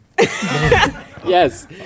Yes